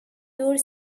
your